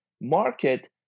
Market